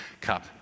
cup